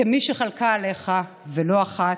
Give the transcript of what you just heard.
כמי שחלקה עליך, ולא אחת,